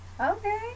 Okay